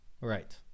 right